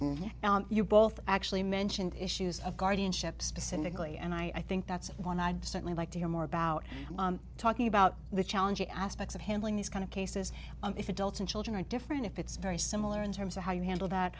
questions you both actually mentioned issues of guardianship specifically and i think that's one i'd certainly like to hear more about talking about the challenging aspects of handling these kind of cases if adults and children are different if it's very similar in terms of how you handle that